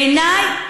בעיני,